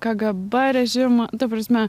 kgb režimą ta prasme